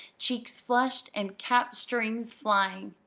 cheeks flushed and cap-strings flying,